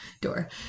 door